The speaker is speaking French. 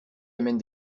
amène